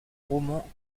roman